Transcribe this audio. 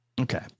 okay